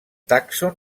tàxon